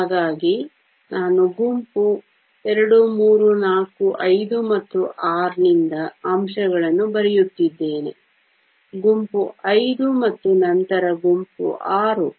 ಹಾಗಾಗಿ ನಾನು ಗುಂಪು II III IV V ಮತ್ತು VI ನಿಂದ ಅಂಶಗಳನ್ನು ಬರೆಯುತ್ತಿದ್ದೇನೆ ಗುಂಪು V ಮತ್ತು ನಂತರ ಗುಂಪು VI